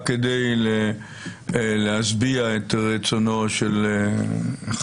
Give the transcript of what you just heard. רק כדי להשביע את רצונו של חברי,